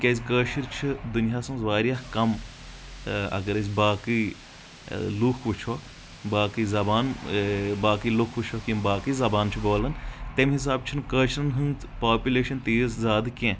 تِکیٛازِ کٲشر چھِ دُنیاہس منٛز واریاہ کم اگر أسۍ باقٕے لُکھ وٕچھووکھ باقٕے زبان باقٕے لُکھ وٕچھووکھ یِم باقٕے زبان چھِ بولان تمہِ حساب چھُنہٕ کٲشرین ہٕنٛز پاپولیشن تیٖژ زیادٕ کینٛہہ